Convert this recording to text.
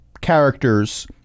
characters